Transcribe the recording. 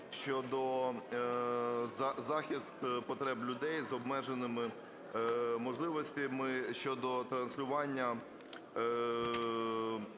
щодо… захист потреб людей з обмеженими можливостями щодо транслювання